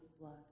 blood